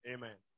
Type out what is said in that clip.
Amen